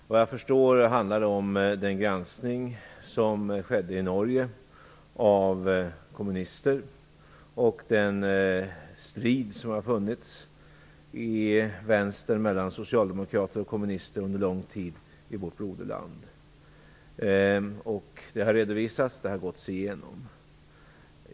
Såvitt jag förstår handlar det om den granskning som skedde i Norge av kommunister och den strid som har varit inom vänstern, mellan socialdemokrater och kommunister, under lång tid i vårt broderland. Det har redovisats och gåtts igenom.